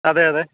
അതെയതെ